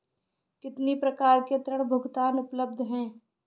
कितनी प्रकार के ऋण भुगतान उपलब्ध हैं?